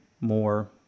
more